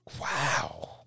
Wow